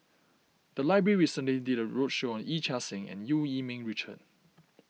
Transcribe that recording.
the library recently did a roadshow on Yee Chia Hsing and Eu Yee Ming Richard